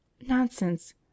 Nonsense